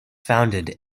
founded